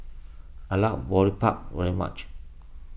I like Boribap very much